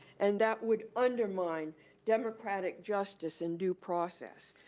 and that would undermine democratic justice and due process.